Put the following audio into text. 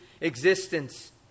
existence